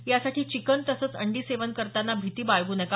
यासाठी चिकन तसेच अंडी सेवन करताना भीती बाळगू नका